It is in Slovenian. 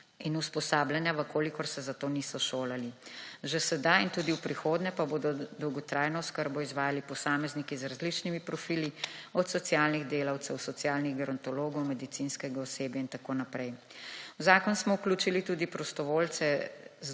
in usposabljanja v kolikor se za to niso šolali. Že sedaj in tudi v prihodnje pa bodo dolgotrajno oskrbo izvajali posamezniki z različnimi profili od socialnih delavcev, socialnih gerontologov, medicinskega osebja in tako naprej. V zakon smo vključili tudi prostovoljce